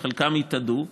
חלקם התאדו,